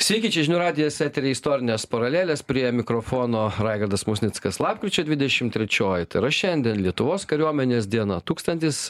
sveiki čia žinių radijas etery istorinės paralelės prie mikrofono raigardas musnickas lapkričio dvidešim trečioji tai yra šiandien lietuvos kariuomenės diena tūkstantis